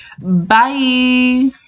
Bye